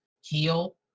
heal